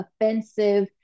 offensive